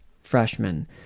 freshman